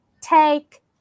take